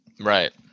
right